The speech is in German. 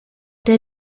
der